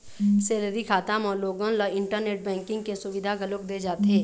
salary खाता म लोगन ल इंटरनेट बेंकिंग के सुबिधा घलोक दे जाथे